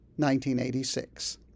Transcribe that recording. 1986